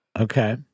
Okay